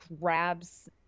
grabs